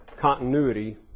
continuity